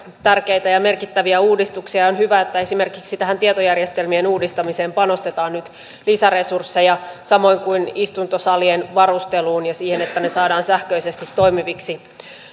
tärkeitä ja merkittäviä uudistuksia ja on hyvä että esimerkiksi tähän tietojärjestelmien uudistamiseen panostetaan nyt lisäresursseja samoin kuin istuntosalien varusteluun ja siihen että ne saadaan sähköisesti toimiviksi